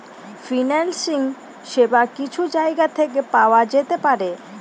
financing সেবা কিছু জায়গা থেকে পাওয়া যেতে পারে